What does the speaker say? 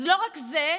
אז לא רק זה,